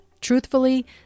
Truthfully